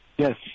Yes